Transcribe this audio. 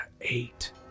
eight